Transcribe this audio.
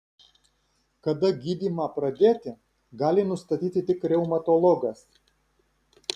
kada gydymą pradėti gali nustatyti tik reumatologas